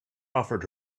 offered